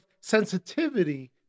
sensitivity